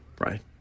right